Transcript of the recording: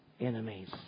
enemies